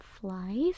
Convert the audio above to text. flies